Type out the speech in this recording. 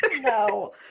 No